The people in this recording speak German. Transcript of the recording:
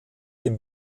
dem